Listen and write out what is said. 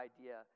idea